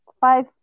five